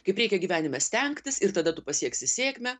kaip reikia gyvenime stengtis ir tada tu pasieksi sėkmę